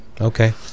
Okay